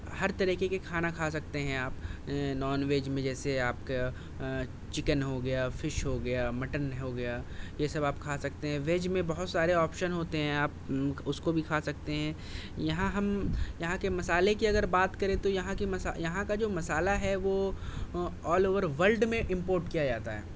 ہر طریقے کے کھانا کھا سکتے ہیں آپ نانویج میں جیسے آپ کا چکن ہو گیا فش ہو گیا مٹن ہو گیا یہ سب آپ کھا سکتے ہیں ویج میں بہت سارے آپشن ہو تے ہیں آپ اس کو بھی کھا سکتے ہیں یہاں ہم یہاں کے مسالے کی اگر بات کریں تو یہاں کے یہاں کا جو مسالہ ہے وہ آل اور ورلڈ میں امپورٹ کیا جاتا ہے